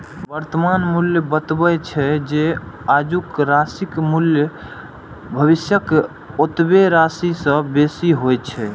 वर्तमान मूल्य बतबै छै, जे आजुक राशिक मूल्य भविष्यक ओतबे राशि सं बेसी होइ छै